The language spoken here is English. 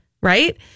right